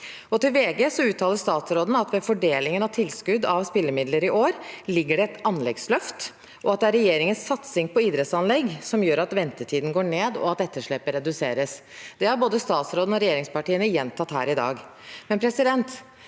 Til VG uttaler statsråden at ved fordelingen av tilskudd av spillemidler i år ligger det et anleggsløft, og at det er regjeringens satsing på idrettsanlegg som gjør at ventetiden går ned og etterslepet reduseres. Det har både statsråden og regjeringspartiene gjentatt her i dag,